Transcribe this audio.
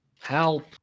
Help